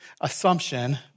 assumption